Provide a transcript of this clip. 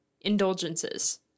Indulgences